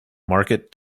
market